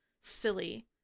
silly